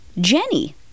jenny